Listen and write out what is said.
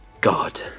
God